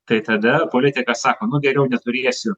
tai tada politikas sako nu geriau neturėsiu